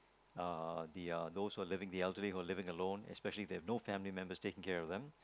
uh they are those who living the elderly who are living alone especially there no family members taking care of them